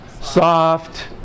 soft